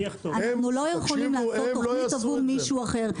אנחנו לא יכולים לעשות תוכנית עבור מישהו אחר.